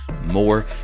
more